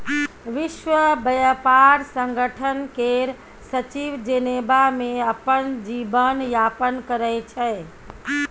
विश्व ब्यापार संगठन केर सचिव जेनेबा मे अपन जीबन यापन करै छै